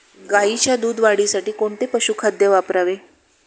गाईच्या दूध वाढीसाठी कोणते पशुखाद्य वापरावे?